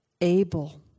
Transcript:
Able